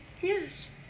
yes